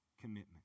commitment